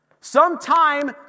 Sometime